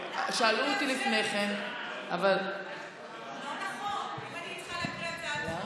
אנחנו רוצים להצביע מכאן.